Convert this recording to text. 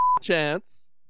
chance